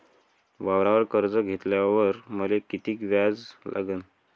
वावरावर कर्ज घेतल्यावर मले कितीक व्याज लागन?